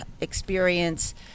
experience